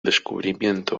descubrimiento